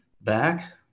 back